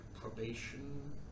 probation